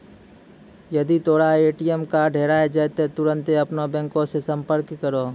जदि तोरो ATM card हेराय जाय त तुरन्ते अपनो बैंको से संपर्क करो